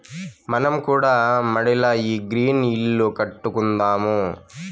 మనం కూడా మడిల ఈ గ్రీన్ ఇల్లు కట్టుకుందాము